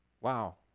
Wow